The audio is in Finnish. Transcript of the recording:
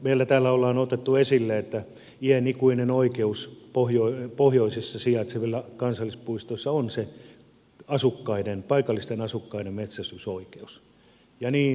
meillä täällä on otettu esille että iänikuinen oikeus pohjoisessa sijaitsevissa kansallispuistoissa on se paikallisten asukkaiden metsästysoikeus ja niin hyvä onkin